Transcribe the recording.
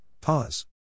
pause